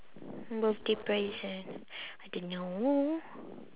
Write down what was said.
birthday present I don't know